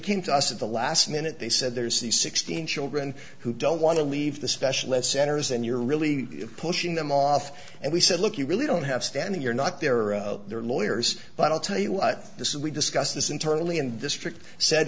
came to us at the last minute they said there's these sixteen children who don't want to leave the specialist centers and you're really pushing them off and we said look you really don't have standing you're not there are their lawyers but i'll tell you this we discussed this internally and district said